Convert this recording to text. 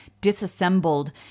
disassembled